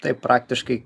taip praktiškai